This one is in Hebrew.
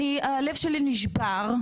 אני הלב שלי נשבר,